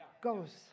goes